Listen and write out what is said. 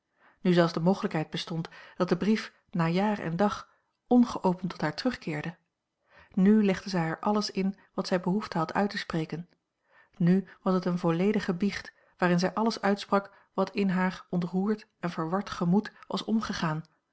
nu zelfs de mogelijkheid bestond dat de brief na jaar en dag ongeopend tot haar terugkeerde nu legde zij er alles in wat zij behoefte had uit te spreken nu was het eene volledige biecht waarin zij alles uitsprak wat in haar ontroerd en verward gemoed was omgegaan